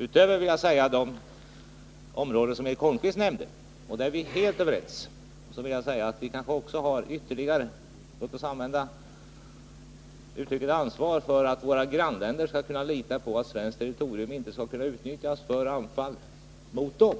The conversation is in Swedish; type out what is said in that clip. Utöver de områden som Eric Holmqvist nämnde — och där är vi helt överens — kanske vi har ytterligare ansvar, om jag får använda det uttrycket; att våra grannländer skall kunna lita på att svenskt territorium inte skall utnyttjas för anfall mot dem.